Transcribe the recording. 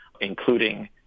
including